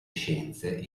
scienze